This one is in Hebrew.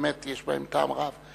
באמת יש בהם טעם רב.